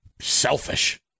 Selfish